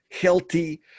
healthy